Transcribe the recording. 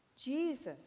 Jesus